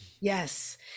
yes